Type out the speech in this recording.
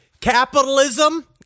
Capitalism